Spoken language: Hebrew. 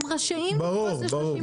הם רשאים לפרוס ל-30 שנה.